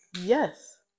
Yes